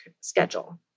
schedule